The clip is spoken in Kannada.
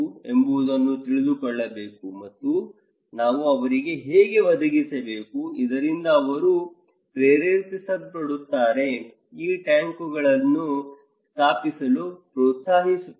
ಎಂಬುದನ್ನು ತಿಳಿದುಕೊಳ್ಳಬೇಕು ಮತ್ತು ನಾವು ಅವರಿಗೆ ಹೇಗೆ ಒದಗಿಸಬೇಕು ಇದರಿಂದ ಅವರು ಪ್ರೇರೇಪಿಸಲ್ಪಡುತ್ತಾರೆ ಈ ಟ್ಯಾಂಕ್ಗಳನ್ನು ಸ್ಥಾಪಿಸಲು ಪ್ರೋತ್ಸಾಹಿಸುತ್ತಾರೆ